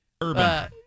Urban